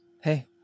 Hey